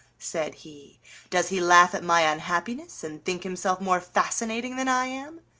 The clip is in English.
said he does he laugh at my unhappiness, and think himself more fascinating than i am?